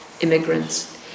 immigrants